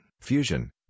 Fusion